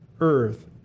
earth